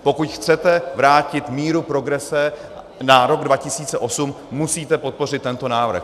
Pokud chcete vrátit míru progrese na rok 2008, musíte podpořit tento návrh.